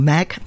Mac